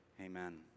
amen